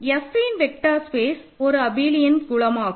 Fன் vector space ஒரு abelian குலமாகும்